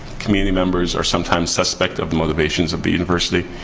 community members are sometimes suspect of the motivations of the university.